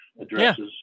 addresses